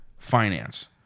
Finance